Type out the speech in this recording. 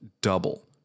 double